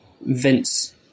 Vince